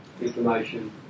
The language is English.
information